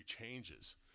changes